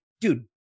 dude